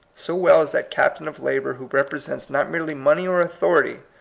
so well as that captain of labor who repre sents not merely money or authority,